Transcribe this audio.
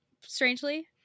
Strangely